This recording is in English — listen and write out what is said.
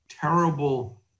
terrible